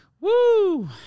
Woo